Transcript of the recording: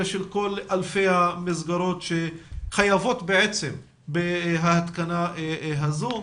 אלא של כל אלפי המסגרות שחייבות בהתקנה הזו.